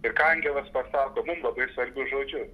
ir kai angelas pasako labai svarbius žodžius